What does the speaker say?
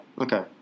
Okay